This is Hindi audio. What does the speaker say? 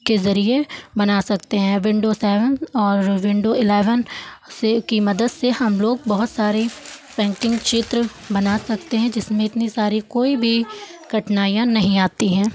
के ज़रिये बना सकते हैं विंडो सेवन और विंडो इलेवन से की मदद से हम लोग बहुत सारे पेंटिंग चित्र बना सकते हैं जिसमें इतनी सारी कोई भी कठिनाइयाँ नहीं आती हैं